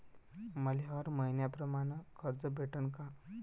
मले हर मईन्याप्रमाणं कर्ज भेटन का?